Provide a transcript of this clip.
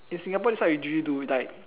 in Singapore that's what we usually do like